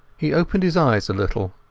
he opened his eyes a little.